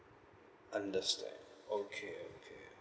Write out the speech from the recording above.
understand okay okay